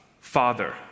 Father